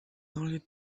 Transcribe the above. only